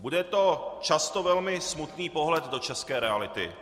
Bude to často velmi smutný pohled do české reality.